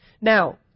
Now